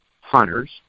hunters